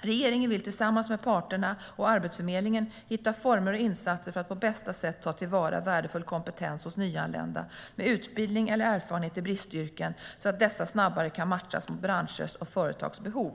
Regeringen vill tillsammans med parterna och Arbetsförmedlingen hitta former och insatser för att på bästa sätt ta till vara värdefull kompetens hos nyanlända med utbildning eller erfarenhet i bristyrken så att dessa snabbare kan matchas mot branschers och företags behov.